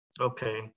okay